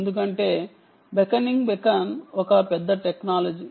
ఎందుకంటే beckoning beacon ఒక పెద్ద టెక్నాలజీ